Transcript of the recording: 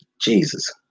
Jesus